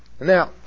Now